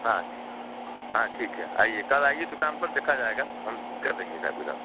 अच्छा हाँ ठीक है आईए कल आईए दुकान पर देखा जाएगा हम कर देंगे हिसाब किताब